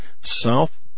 south